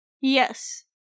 Yes